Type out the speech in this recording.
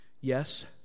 Yes